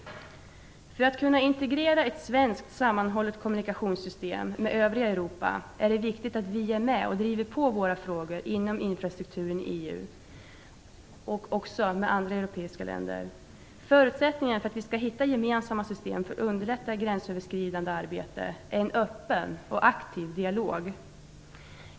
För att kunna integrera ett svenskt sammanhållet kommunikationssystem med övriga Europa är det viktigt att vi är med och driver på våra frågor inom infrastrukturen i EU. Det gäller också i förhållande till övriga europeiska länder. Förutsättningen för att vi skall kunna hitta gemensamma system för att underlätta gränsöverskridande arbete är en öppen och aktiv dialog.